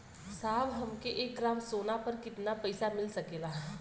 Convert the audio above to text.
साहब हमके एक ग्रामसोना पर कितना पइसा मिल सकेला?